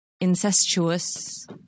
incestuous